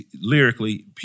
lyrically